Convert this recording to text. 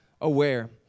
aware